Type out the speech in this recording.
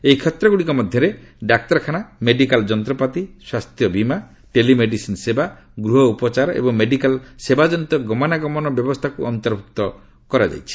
ଏହି କ୍ଷେତ୍ରଗୁଡ଼ିକ ମଧ୍ୟରେ ଡାକ୍ତରଖାନା ମେଡିକାଲ୍ ଯନ୍ତପାତି ସ୍ୱାସ୍ଥ୍ୟବୀମା ଟେଲିମେଡିସିନ୍ ସେବା ଗୃହ ଉପଚାର ଏବଂ ମେଡିକାଲ୍ ସେବାଜନିତ ଗମନାଗମନ ବ୍ୟବସ୍ଥାକୁ ଅନ୍ତର୍ଭୁକ୍ତ କରାଯାଇଛି